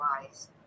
wise